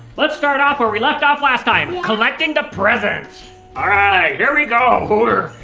let's start off where we left off last time collecting the presents. alright, here we go. whoa there!